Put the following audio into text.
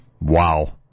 Wow